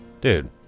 dude